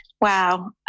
Wow